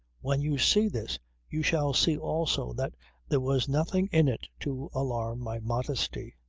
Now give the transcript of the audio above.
when you see this you shall see also that there was nothing in it to alarm my modesty.